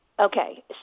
okay